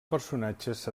personatges